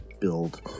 build